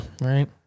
Right